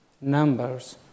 numbers